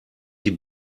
die